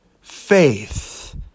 faith